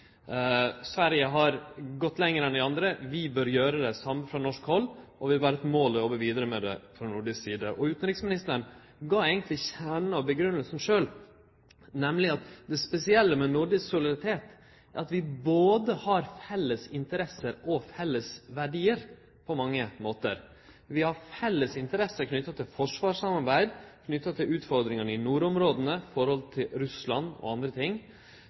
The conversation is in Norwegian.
Sverige har gått lenger enn dei andre. Vi bør gjere det same frå norsk hald, og det må vere eit mål å gå vidare med det frå nordisk side. Utanriksministeren nemnde eigentleg kjernen av grunngjevinga sjølv, nemleg at det spesielle med nordisk solidaritet er at vi på mange måtar har både felles interesser og felles verdiar. Vi har felles interesser knytte til forsvarssamarbeid og utfordringane i nordområda, i forhold til Russland